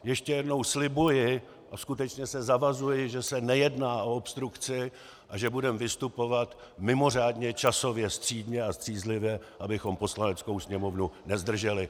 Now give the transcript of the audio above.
Ještě jednou slibuji a skutečně se zavazuji, že se nejedná o obstrukci a že budeme vystupovat mimořádně časově střídmě a střízlivě, abychom Poslaneckou sněmovnu nezdrželi.